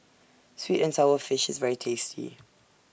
Sweet and Sour Fish IS very tasty